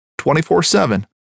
24-7